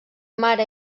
mare